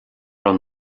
raibh